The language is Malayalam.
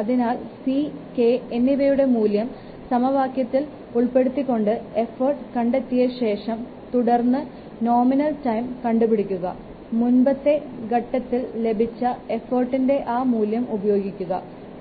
അതിനാൽ 'c' 'k' എന്നിവയുടെ മൂല്യം സമവാക്യത്തിൽ ഉൾപ്പെടുത്തിക്കൊണ്ട് എഫോർട്ട് കണ്ടെത്തിയത്തിനുശേഷം തുടർന്നു നോമിനൽ ടൈം കണ്ടുപിടിക്കുക മുൻപത്തെ ഘട്ടത്തിൽ ലഭിച്ച എഫോർട്ടിൻറെ ആ മൂല്യം ഉപയോഗിക്കുക